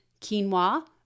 quinoa